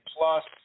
Plus